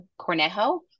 Cornejo